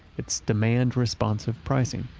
it's demand-responsive pricing.